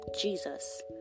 Jesus